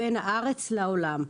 בין הארץ לעולם.